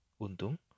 Untung